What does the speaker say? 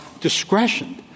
discretion